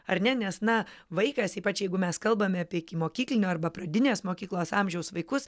ar ne nes na vaikas ypač jeigu mes kalbame apie ikimokyklinio arba pradinės mokyklos amžiaus vaikus